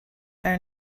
are